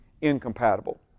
incompatible